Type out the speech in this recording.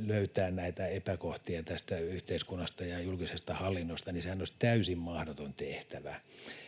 löytää näitä epäkohtia tästä yhteiskunnasta ja julkisesta hallinnosta, niin sehän olisi täysin mahdoton tehtävä.